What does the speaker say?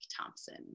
Thompson